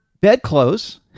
bedclothes